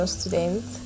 student